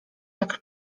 jak